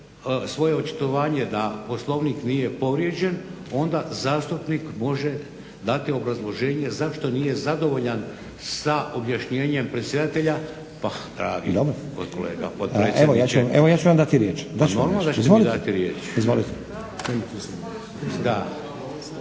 svoje očitovanje da Poslovnik nije povrijeđen onda zastupnik može dati obrazloženje zašto nije zadovoljan sa objašnjenjem predsjedatelja. **Stazić, Nenad (SDP)** Evo ja ću vam dati riječ. **Šeks,